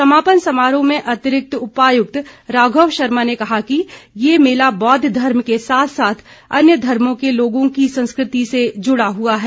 समापन समारोह में अतिरिक्त उपायुक्त राघव शर्मा ने कहा कि ये मेला बौद्ध धर्म के साथ साथ अन्य धर्मो के लोगों की संस्कृति से जुड़ा हुआ है